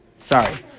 sorry